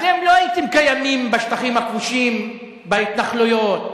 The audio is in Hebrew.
אתם לא הייתם קיימים בשטחים הכבושים, בהתנחלויות,